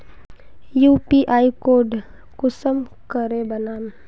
UPI code कुंसम करे बनाम?